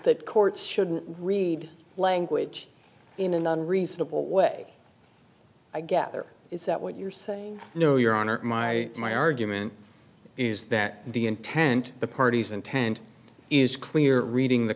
that courts shouldn't read language in an unreasonable way i gather is that what you're saying no your honor my my argument is that the intent the parties intent is clear reading the